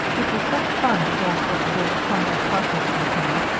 it was such fun to guess what the big, clumsy parcels contained,